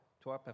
toi